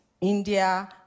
India